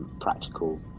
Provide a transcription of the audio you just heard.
practical